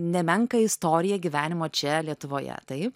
nemenką istoriją gyvenimo čia lietuvoje taip